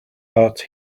heart